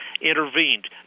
intervened